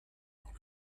dans